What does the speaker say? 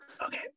Okay